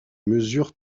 mesures